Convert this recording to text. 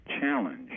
challenge